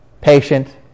patient